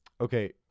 Okay